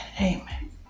Amen